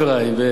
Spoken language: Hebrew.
בסדר,